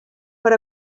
per